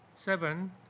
Seven